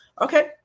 Okay